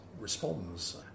responds